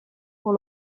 pour